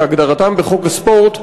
כהגדרתם בחוק הספורט,